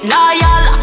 Loyal